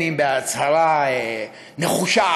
בהצהרה נחושה,